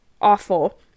awful